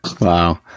Wow